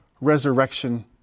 resurrection